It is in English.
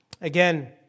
Again